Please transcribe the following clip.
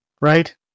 right